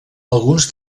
alguns